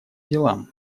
делам